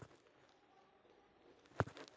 रमकलिया के पतई मुरझात हे फल नी लागत हे कौन बिमारी हे?